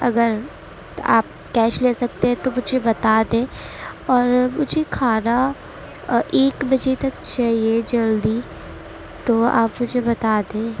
اگر آپ کیش لے سکتے ہیں تو مجھے بتا دیں اور مجھے کھانا ایک بجے تک چاہیے جلدی تو آپ مجھے بتا دیں